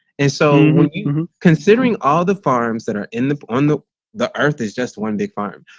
and so, considering all the farms that are in the on the the earth is just one big farm.